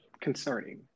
concerning